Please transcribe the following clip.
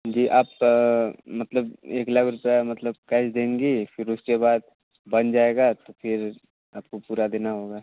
जी आप मतलब एक लाख रुपये मतलब कैश देंगी फिर उसके बाद बन जाएगा तो फिर आपको पूरा देना होगा